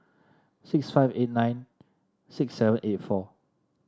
six five eight nine six seven eight four